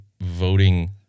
voting